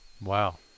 Wow